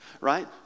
right